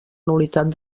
nul·litat